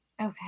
Okay